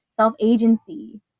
self-agency